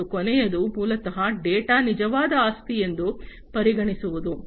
ಮತ್ತು ಕೊನೆಯದು ಮೂಲತಃ ಡೇಟಾ ನಿಜವಾದ ಆಸ್ತಿಯೆಂದು ಪರಿಗಣಿಸುವುದು